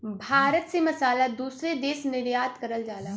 भारत से मसाला दूसरे देश निर्यात करल जाला